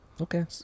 okay